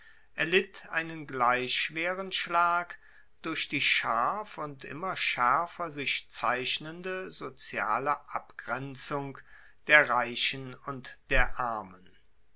erlitt einen gleich schweren schlag durch die scharf und immer schaerfer sich zeichnende soziale abgrenzung der reichen und der armen